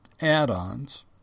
Add-ons